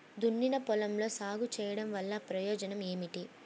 దున్నిన పొలంలో సాగు చేయడం వల్ల ప్రయోజనం ఏమిటి?